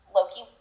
Loki